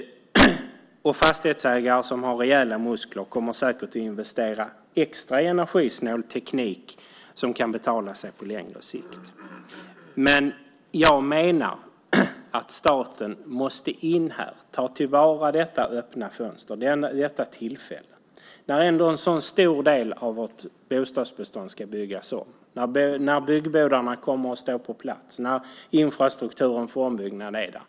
Och fastighetsägare som har rejäla muskler kommer säkert att investera extra i energisnål teknik som kan betala sig på längre sikt. Men jag menar att staten måste in här och ta till vara detta öppna fönster, detta tillfälle, när en sådan stor del av vårt bostadsbestånd ska byggas om, när byggbodarna kommer att stå på plats, när infrastrukturen för ombyggnaden är där.